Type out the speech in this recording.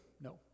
No